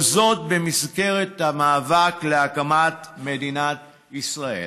כל זאת במסגרת המאבק להקמת מדינת ישראל.